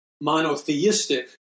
monotheistic